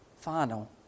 final